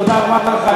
תודה רבה לך,